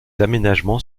aménagements